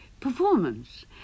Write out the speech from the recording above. performance